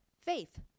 Faith